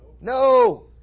No